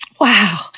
Wow